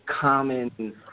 common